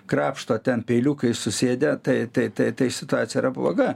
krapšto ten peiliukais susėdę tai tai tai tai situacija yra bloga